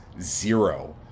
zero